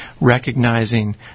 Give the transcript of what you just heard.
recognizing